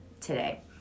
today